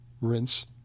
rinse